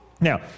now